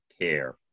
care